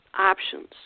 options